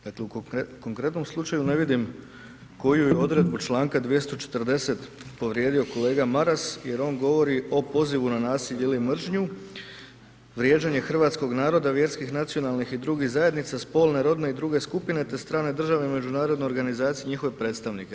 Dakle, u konkretnom slučaju ne vidim koju je odredbu Članka 240. povrijedio kolega Maras jer on govori o pozivu na nasilje ili mržnju, vrijeđanje hrvatskog naroda, vjerskih, nacionalnih i drugih zajednica, spolne, rodne i druge skupine te strane države i međunarodne organizacije i njihove predstavnike.